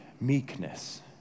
meekness